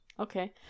Okay